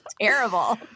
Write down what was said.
terrible